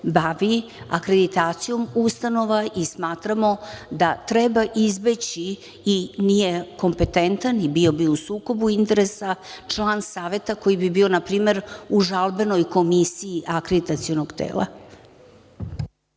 bavi akreditacijom ustanova i smatramo da treba izbeći i nije kompetentan i nije bio u sukobu interesa, član saveta koji bi bio npr. u žalbenoj komisiji akreditacionog tela.10/2